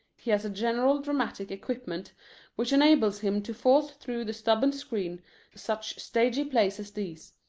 he has a general dramatic equipment which enables him to force through the stubborn screen such stagy plays as these,